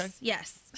Yes